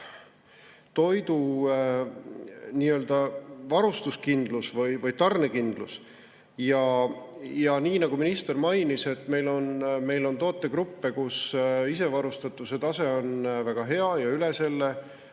toidu varustuskindlus või tarnekindlus. Nii nagu minister mainis, meil on tootegruppe, kus isevarustatuse tase on väga hea ja üle selle,